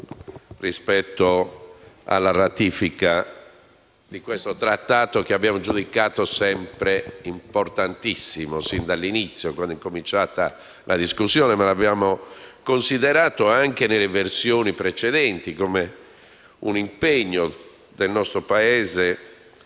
rispetto alla ratifica di questo trattato che abbiamo giudicato importantissimo sin dall'inizio, sin da quando è cominciata la discussione. Lo abbiamo considerato, anche nelle versioni precedenti, come un impegno del nostro Paese